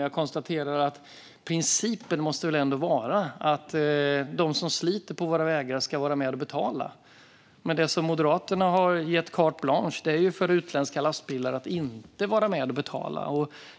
Jag konstaterar att principen ändå måste vara att de som sliter på våra vägar ska vara med och betala. Men Moderaterna har gett carte blanche för utländska lastbilar att inte vara med och betala.